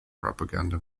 propaganda